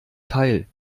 teil